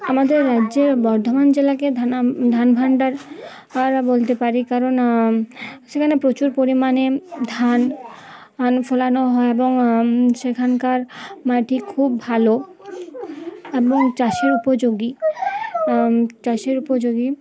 আমাদের রাজ্যে বর্ধমান জেলাকে ধান ধান ভাণ্ডার আর বলতে পারি কারণ সেখানে প্রচুর পরিমাণে ধান আন ফলানো হয় এবং সেখানকার মাটি খুব ভালো এবং চাষের উপযোগী চাষের উপযোগী